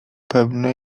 pewne